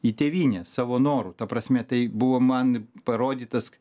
į tėvynę savo noru ta prasme tai buvo man parodytas